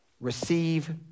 receive